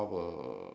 and then